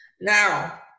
Now